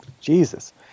Jesus